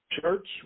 church